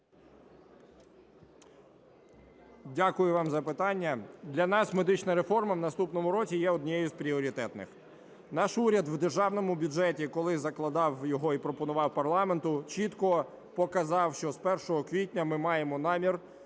Дякую вам за питання. Для нас медична реформа в наступному році є однією з пріоритетних. Наш уряд у державному бюджеті, коли закладав його і пропонував парламенту, чітко показав, що з 1 квітня ми маємо намір